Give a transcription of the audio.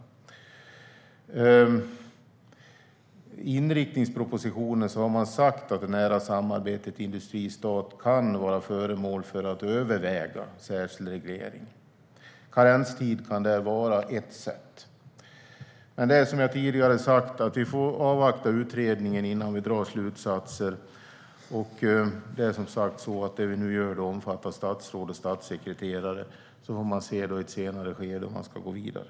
I inriktningspropositionen har vi sagt att det nära samarbetet mellan industri och stat kan var skäl för att överväga särskild reglering. Karenstid kan där vara ett sätt. Som jag sagt tidigare får vi avvakta utredningen innan vi drar slutsatser. Det vi nu gör omfattar statsråd och statssekreterare. I ett senare skede får man se om man ska gå vidare.